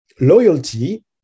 Loyalty